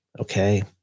Okay